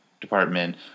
department